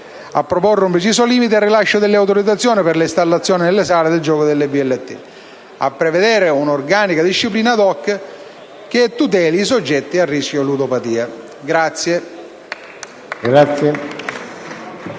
a proporre un preciso limite al rilascio delle autorizzazioni per l'installazione nelle sale da gioco delle VLT; 6) a prevedere una organica disciplina *ad hoc* per le VLT che tuteli i soggetti a rischio ludopatia.